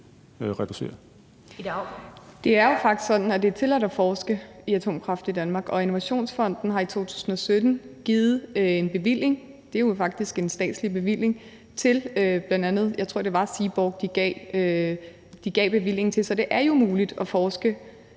(S): Det er jo faktisk sådan, at det er tilladt at forske i atomkraft i Danmark. Og Innovationsfonden har i 2017 givet en bevilling – og det er jo faktisk en statslig bevilling – til bl.a., jeg tror, det var Seaborg. Så det er jo muligt at forske